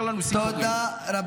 כתקנון הכנסת, זכותי להגיע לפה.